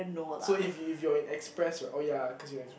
so if if you're in express what oh ya cause you are express